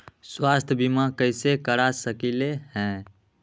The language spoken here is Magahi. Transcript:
स्वाथ्य बीमा कैसे करा सकीले है?